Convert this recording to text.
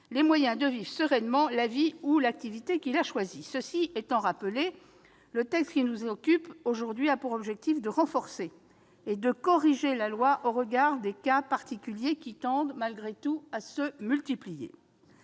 les moyens de vivre sereinement la vie ou l'activité qu'il a choisie. Cela étant rappelé, le texte qui nous occupe aujourd'hui a pour objectif de renforcer et de corriger la loi au regard des cas particuliers qui tendent malgré tout à se multiplier.